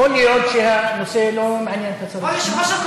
יכול להיות שהנושא לא מעניין את השרים.